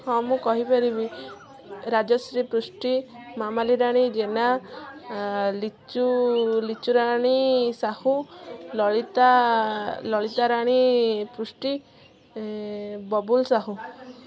ହଁ ମୁଁ କହିପାରିବି ରାଜଶ୍ରୀ ପୃଷ୍ଟି ମାମାଲିରାଣୀ ଜେନା ଲିଚୁ ଲିଚୁ ରାଣୀ ସାହୁ ଲଳିତା ଲଳିତାରାଣୀ ପୃଷ୍ଟି ବବୁଲ ସାହୁ